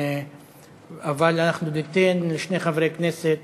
אבל אנחנו ניתן לשני חברי כנסת,